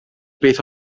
beth